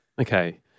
Okay